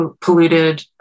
polluted